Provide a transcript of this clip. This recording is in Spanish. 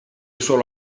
solo